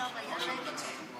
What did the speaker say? יכול להיות שאתה צודק,